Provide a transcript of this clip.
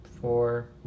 four